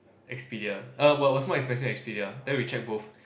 Expedia err was was more expensive than Expedia then we check both